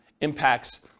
impacts